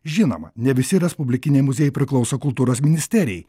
žinoma ne visi respublikiniai muziejai priklauso kultūros ministerijai